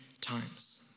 times